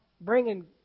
bringing